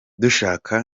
dushaka